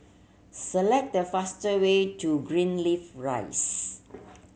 select the faster way to Greenleaf Rise